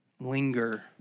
Linger